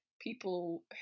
people